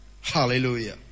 Hallelujah